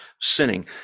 sinning